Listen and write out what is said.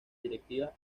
directivas